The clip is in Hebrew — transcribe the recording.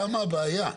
שם הבעיה.